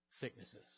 sicknesses